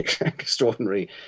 extraordinary